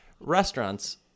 restaurants